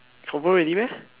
confirm already meh